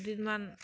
দুদিন মান